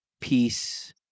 peace